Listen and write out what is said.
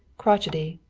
crochety,